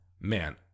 man